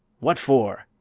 what for?